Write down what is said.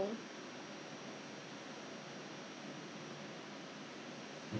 we leave house at err we leave house at err se~ um